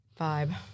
vibe